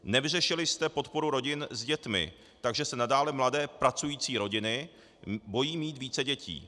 Nevyřešili jste podporu rodin s dětmi, takže se nadále mladé pracující rodiny bojí mít více dětí.